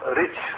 rich